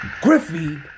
Griffey